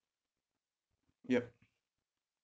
yup